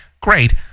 Great